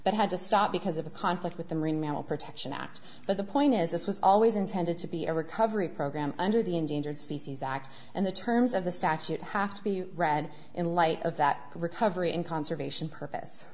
but had to stop because of a conflict with the marine mammal protection act but the point is this was always intended to be a recovery program under the endangered species act and the terms of the statute have to be read in light of that recovery and conservation purpose